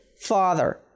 father